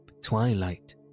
twilight